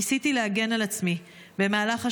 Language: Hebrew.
ניסיתי להגן על עצמי במהלך השבי.